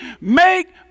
make